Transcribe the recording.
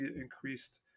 increased